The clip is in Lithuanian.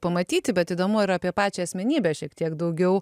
pamatyti bet įdomu ir apie pačią asmenybę šiek tiek daugiau